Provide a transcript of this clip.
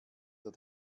der